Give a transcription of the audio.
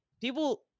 people